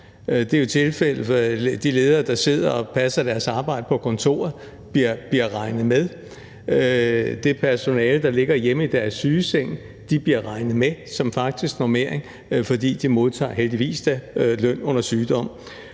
Det er tilfældet med de ledere, der sidder og passer deres arbejde på kontorerne, som bliver regnet med, og det personale, der ligger hjemme i deres sygeseng, bliver regnet med som faktisk normering, fordi de – heldigvis da – modtager løn under sygdom.